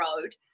road